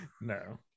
No